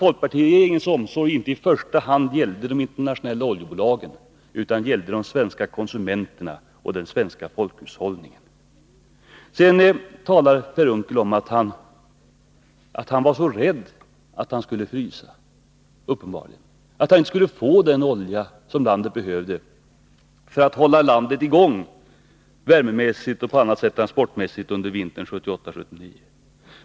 Folkpartiregeringens omsorg gällde inte i första hand de internationella oljebolagen utan de svenska konsumenterna och den svenska folkhushållningen. Per Unckel var uppenbarligen rädd att han skulle få frysa, att landet inte skulle få den olja som vi behövde för att hålla landet i gång under vintern 1979-1980.